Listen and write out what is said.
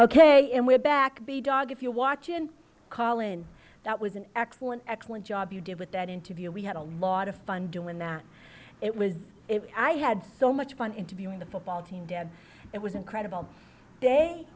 ok and we're back the dog if you're watching collin that was an excellent excellent job you did with that interview we had a lot of fun doing that it was i had so much fun interviewing the football team dad it was incredible day